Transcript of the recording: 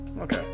Okay